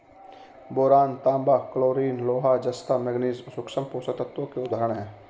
boron, तांबा, chlorine, लोहा, जस्ता, मैंगनीज सूक्ष्म पोषक तत्वों के उदाहरण हैं